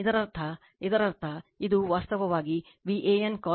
ಇದರರ್ಥ ಇದರರ್ಥ ಇದು ವಾಸ್ತವವಾಗಿ Van cos 30o V ಇಂದ ಮ್ಯಾಗ್ನಿಟ್ಯೂಡ್ ಮಾತ್ರ